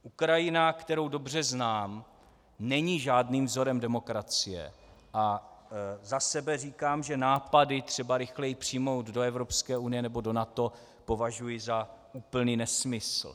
Ukrajina, kterou dobře znám, není žádným vzorem demokracie a za sebe říkám, že nápady třeba ji rychleji přijmout do Evropské unie nebo do NATO považuji za úplný nesmysl.